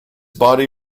body